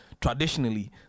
traditionally